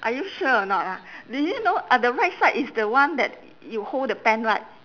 are you sure or not ah do you know uh the right side is the one that you hold the pen right